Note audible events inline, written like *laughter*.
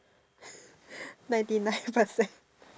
*breath* ninety nine percent